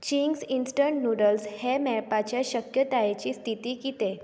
Ching's instant noodles हें मेळपाच्या शक्यतायेची स्थिती कितें